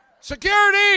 Security